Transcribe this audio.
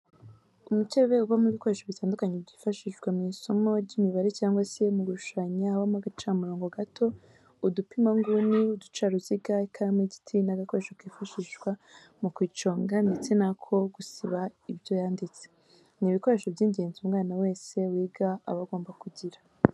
Umukebe ubamo ibikoresho bitandukanye byifashishwa mu isomo ry'imibare cyangwa se mu gushushanya habamo agacamurongo gato, udupima inguni, uducaruziga, ikaramu y'igiti n'agakoresho kifashishwa mu kuyiconga ndetse n'ako gusiba ibyo yanditse, ni ibikoresho by'ingenzi umwana wese wiga aba agomba kugira.